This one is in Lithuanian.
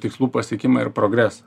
tikslų pasiekimą ir progresą